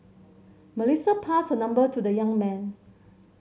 Melissa passed her number to the young man